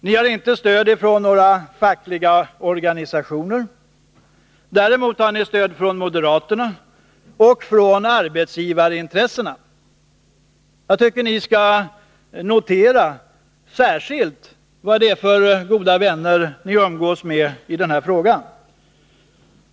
Ni har inte stöd från några fackliga organisationer. Däremot har ni stöd från moderaterna och från arbetsgivarintressena. Jag tycker att ni skall notera vad det är för goda vänner ni umgås med i denna fråga.